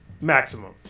maximum